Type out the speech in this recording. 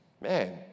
man